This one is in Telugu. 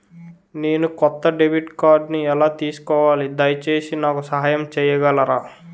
నేను కొత్త డెబిట్ కార్డ్ని ఎలా తీసుకోవాలి, దయచేసి నాకు సహాయం చేయగలరా?